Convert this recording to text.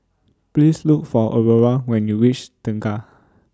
Please Look For Aurora when YOU REACH Tengah